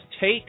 take